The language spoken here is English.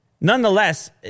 nonetheless